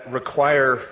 require